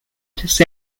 this